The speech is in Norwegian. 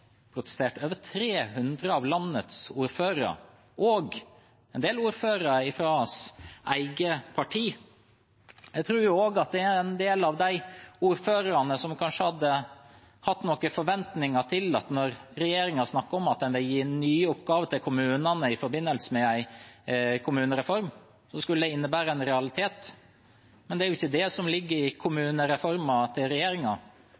protestert – over 300 av landets ordførere, også en del fra hans eget parti. Jeg tror at en del av de ordførerne kanskje hadde noen forventninger om at når regjeringen snakket om at den ville gi nye oppgaver til kommunene i forbindelse med kommunereformen, skulle det innebære en realitet. Men det er jo ikke det som ligger i kommunereformen til